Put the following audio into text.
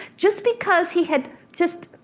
just because he had just,